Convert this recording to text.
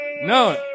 No